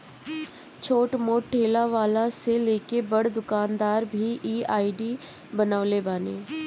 छोट मोट ठेला वाला से लेके बड़ दुकानदार भी इ आई.डी बनवले बाने